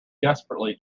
desperately